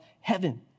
heaven